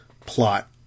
plot